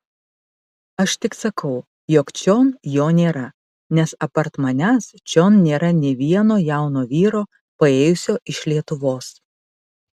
aš tik sakau jog čion jo nėra nes apart manęs čion nėra nė vieno jauno vyro paėjusio iš lietuvos